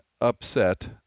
upset